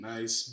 Nice